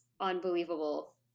unbelievable